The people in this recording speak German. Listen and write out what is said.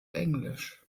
englisch